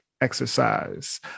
exercise